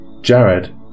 Jared